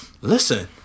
listen